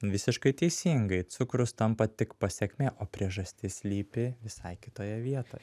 visiškai teisingai cukrus tampa tik pasekmė o priežastis slypi visai kitoje vieto